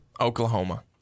Oklahoma